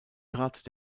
trat